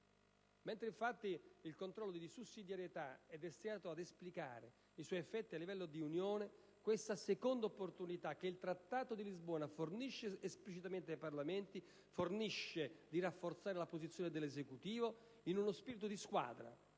Mentre, infatti, il controllo di sussidiarietà è destinato ad esplicare i suoi effetti a livello di Unione europea, questa seconda opportunità che il Trattato di Lisbona fornisce esplicitamente ai Parlamenti consente di rafforzare la posizione dell'Esecutivo in uno spirito di squadra,